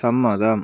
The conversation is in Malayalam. സമ്മതം